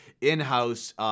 in-house